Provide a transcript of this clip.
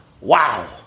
wow